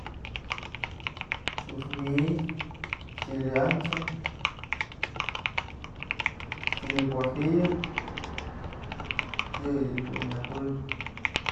Tsu'ux ni'iy, chile ancho, chile guajillo, yëyëch dun nëjuëb.